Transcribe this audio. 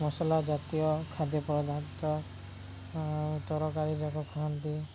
ମସଲା ଜାତୀୟ ଖାଦ୍ୟ ପଦାର୍ଥ ତରକାରୀ ଯାକ ଖାଆନ୍ତି